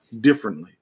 differently